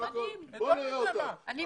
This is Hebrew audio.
סגן השר לביטחון הפנים דסטה גדי יברקן: ברור.